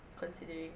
considering